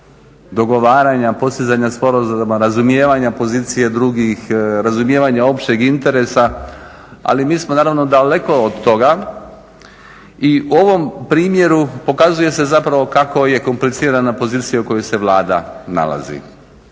dogovaranja, postizanja sporazuma razumijevanja pozicije drugih, razumijevanja općeg interesa, ali mi smo naravno daleko od toga i u ovom primjeru pokazuje se zapravo kako je komplicirana pozicija u kojoj se Vlada nalazi.